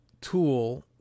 tool